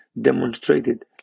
demonstrated